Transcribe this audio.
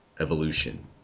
evolution